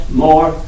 more